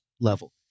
level